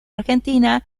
argentina